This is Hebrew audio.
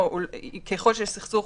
ככל שיש סכסוך